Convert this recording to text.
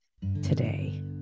today